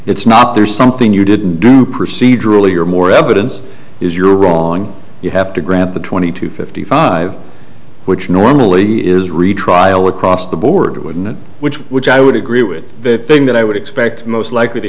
it's not there's something you didn't do procedurally or more evidence is you're wrong you have to grant the twenty to fifty five which normally is retrial across the board wouldn't which which i would agree with the thing that i would expect most likely to